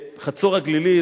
בחצור-הגלילית,